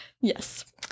Yes